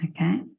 Okay